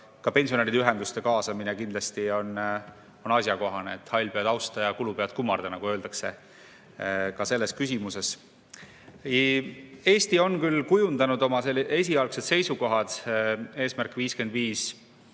pensionäride ühenduste kaasamine on kindlasti asjakohane – hallpead austa ja kulupead kummarda, nagu öeldakse, ka selles küsimuses. Eesti on küll kujundanud oma esialgsed seisukohad "Eesmärk 55"